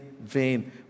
vain